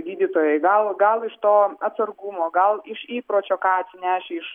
gydytojai gal gal iš to atsargumo gal iš įpročio ką atsinešę iš